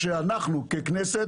שאנחנו ככנסת,